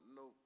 no